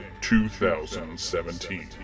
2017